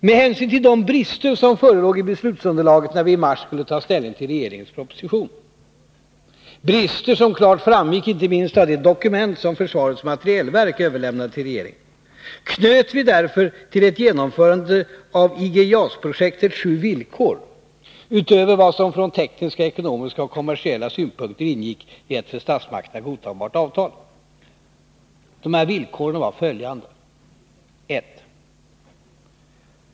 Med hänsyn till de brister som förelåg i beslutsunderlaget, när vi i mars skulle ta ställning till regeringens proposition — brister som klart framgick inte minst av det dokument som försvarets materielverk överlämnade till regeringen — knöt vi därför till ett genomförande av IG JAS-projektet sju villkor utöver vad som från tekniska, ekonomiska och kommersiella synpunkter ingick i ett för statsmakterna godtagbart avtal. Dessa villkor var följande: 1.